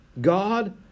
God